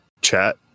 chat